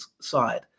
side